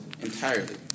entirely